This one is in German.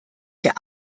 der